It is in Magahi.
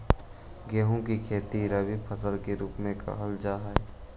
गेहूं की खेती रबी फसल के रूप में करल जा हई